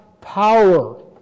power